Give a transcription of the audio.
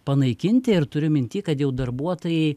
panaikinti ir turiu minty kad jau darbuotojai